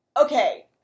okay